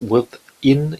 within